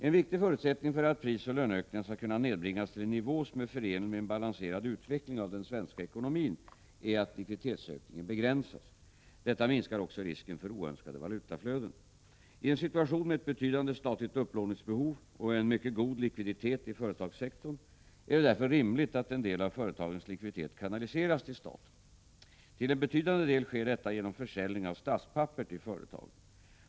En viktig förutsättning för att prisoch löneökningarna skall kunna nedbringas till en nivå som är förenlig med en balanserad utveckling av den svenska ekonomin är att likviditetsökningen begränsas. Detta minskar också risken för oönskade valutaflöden. I en situation med ett betydande statligt upplåningsbehov och en mycket god likviditet i företagssektorn är det därför rimligt att en del av företagens likviditet kanaliseras till staten. Till en betydande del sker detta genom försäljning av statspapper till företagen.